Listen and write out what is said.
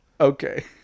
okay